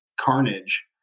carnage